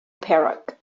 perak